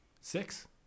Six